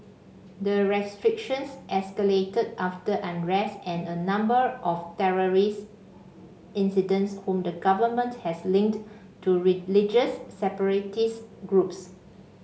the restrictions escalated after unrest and a number of terrorist incidents whom the government has linked to religious separatist groups